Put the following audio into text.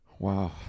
Wow